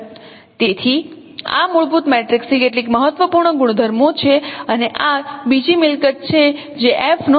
તેથી આ મૂળભૂત મેટ્રિક્સની કેટલીક મહત્વપૂર્ણ ગુણધર્મો છે અને આ બીજી મિલકત છે જે F નો નિર્ધારક 0 છે